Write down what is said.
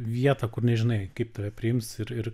vietą kur nežinai kaip tave priims ir ir